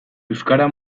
euskara